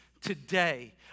Today